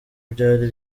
byari